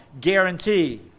guarantee